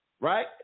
right